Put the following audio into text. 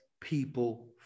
people